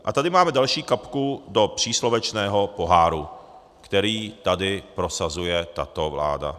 A tady máme další kapku do příslovečného poháru, který tady prosazuje tato vláda.